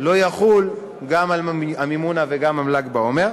לא יחול גם על המימונה ועל ל"ג בעומר.